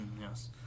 yes